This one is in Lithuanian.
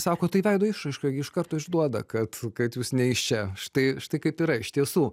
sako tai veido išraiška gi iš karto išduoda kad kad jūs ne iš čia štai štai kaip yra iš tiesų